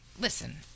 listen